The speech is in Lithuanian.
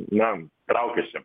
na traukiasi